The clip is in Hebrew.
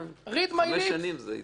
תקראו את שפתיי זה יעבור.